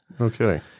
Okay